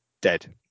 dead